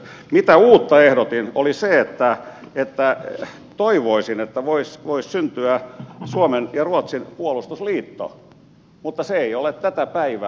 uusi ehdotus oli se että toivoisin että voisi syntyä suomen ja ruotsin puolustusliitto mutta se ei ole tätä päivää